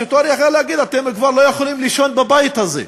השוטר יכול להגיד: אתם כבר לא יכולים לישון בבית הזה.